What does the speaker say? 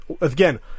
again